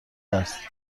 است